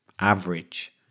average